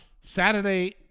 Saturday